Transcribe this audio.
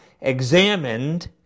examined